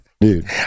Dude